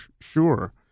sure